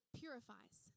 purifies